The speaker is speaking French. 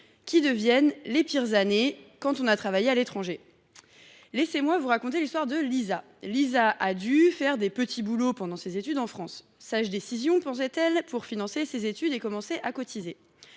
qui deviennent les pires années quand on a travaillé à l’étranger. Laissez moi vous raconter l’histoire de Lisa. Lisa a dû faire des petits boulots pendant ses études en France ; sage décision, pensait elle, pour financer ses études et commencer à cotiser.